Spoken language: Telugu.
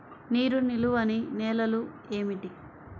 నీరు నిలువని నేలలు ఏమిటి?